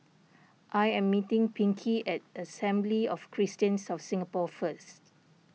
I am meeting Pinkey at Assembly of Christians of Singapore first